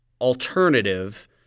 alternative